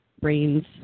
brains